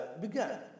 began